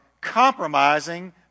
compromising